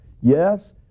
Yes